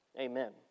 Amen